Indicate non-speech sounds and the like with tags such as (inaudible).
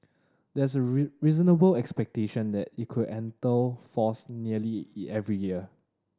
there's a (unintelligible) reasonable expectation that it could enter force early every year